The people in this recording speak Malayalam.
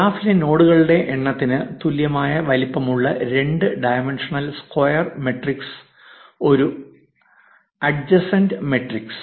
ഗ്രാഫിലെ നോഡുകളുടെ എണ്ണത്തിന് തുല്യമായ വലിപ്പമുള്ള 2 ഡൈമൻഷണൽ സ്ക്വയർ മാട്രിക്സാണ് ഒരു അഡ്ജസൻസി മാട്രിക്സ്